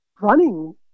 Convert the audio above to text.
running